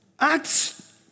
Acts